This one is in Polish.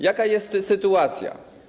Jaka jest sytuacja?